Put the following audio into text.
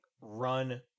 run